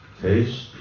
taste